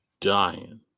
dying